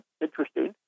interesting